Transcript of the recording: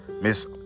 Miss